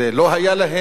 לא היה להם,